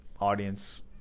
audience